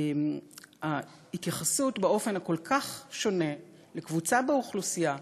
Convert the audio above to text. ההתייחסות באופן הכל-כך שונה לקבוצה באוכלוסייה,